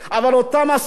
אבל אותם השרים,